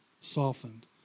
softened